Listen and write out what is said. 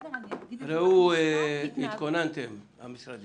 ראו, תתכוננו, המשרדים,